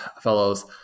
fellows